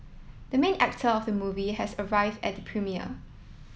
the main actor of movie has arrived at the premiere